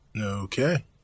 Okay